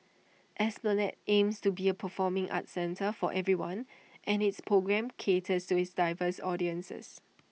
esplanade aims to be A performing arts centre for everyone and its programmes caters to its diverse audiences